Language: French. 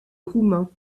roumain